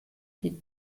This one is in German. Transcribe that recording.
wie